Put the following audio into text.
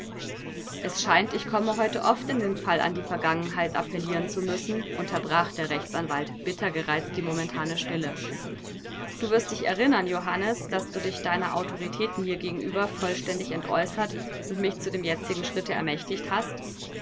es scheint ich komme heute oft in den fall an die vergangenheit appellieren zu müssen unterbrach der rechtsanwalt bitter gereizt die momentane stille du wirst dich erinnern johannes daß du dich deiner autorität mir gegenüber vollständig entäußert und mich zu dem jetzigen schritte ermächtigt hast